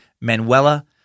Manuela